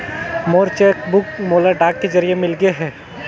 मोर cheque book मोला डाक के जरिए मिलगे हे